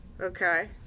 Okay